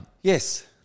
Yes